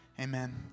Amen